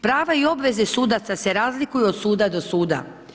Prava i obveze sudaca se razlikuju od suda do suda.